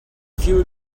few